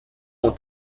ont